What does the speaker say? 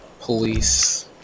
police